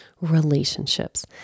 relationships